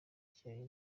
cyayo